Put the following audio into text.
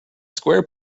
square